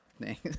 Thanks